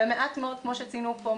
ומעט מאוד כמו שציינו פה,